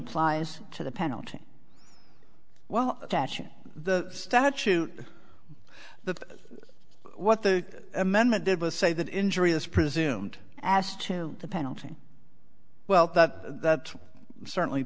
applies to the penalty while attaching the statute the what the amendment did was say that injury is presumed asked to the penalty well that that's certainly